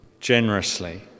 generously